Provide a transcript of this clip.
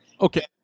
Okay